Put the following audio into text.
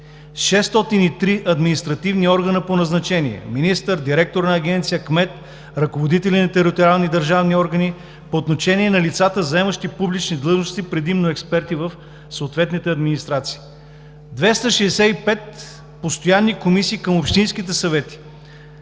са административните органи по назначение: министър, директор на агенция, кмет, ръководители на териториални държавни органи по отношение на лицата, заемащи публични длъжности – предимно експерти в съответните администрации. Двеста шестдесет и пет са постоянните комисии към общинските съвети,